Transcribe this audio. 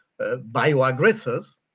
bioaggressors